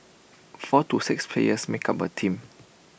four to six players make up A team